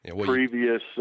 Previous